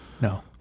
No